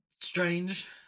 Strange